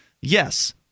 yes